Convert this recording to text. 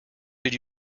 did